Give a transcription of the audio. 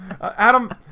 Adam